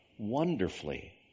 wonderfully